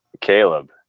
Caleb